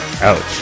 Ouch